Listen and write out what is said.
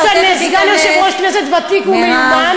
יש כאן סגן יושב-ראש כנסת ותיק ומיומן.